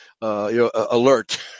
alert